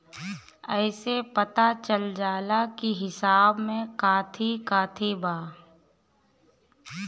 एसे पता चल जाला की हिसाब में काथी काथी बा